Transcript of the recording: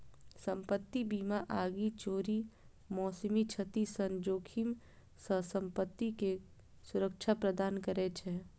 संपत्ति बीमा आगि, चोरी, मौसमी क्षति सन जोखिम सं संपत्ति कें सुरक्षा प्रदान करै छै